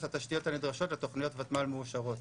התשתיות הנדרשות לתוכניות ותמ"ל מאושרות.